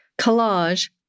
Collage